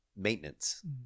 maintenance